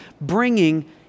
bringing